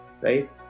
right